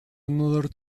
another